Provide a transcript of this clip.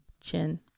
Chin